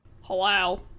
Hello